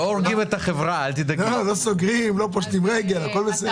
לא סוגרים, לא פושטים רגל, הכול בסדר.